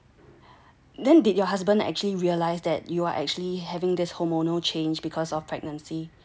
then did your husband actually realize that you are actually having this hormonal change because of pregnancy